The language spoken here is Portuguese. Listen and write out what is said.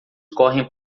correm